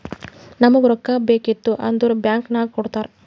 ನಮುಗ್ ರೊಕ್ಕಾ ಬೇಕಿತ್ತು ಅಂದುರ್ ಬ್ಯಾಂಕ್ ನಾಗ್ ಕೊಡ್ತಾರ್